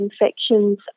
infections